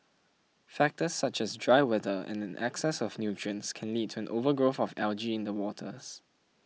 factors such as dry weather and an excess of nutrients can lead to an overgrowth of algae in the waters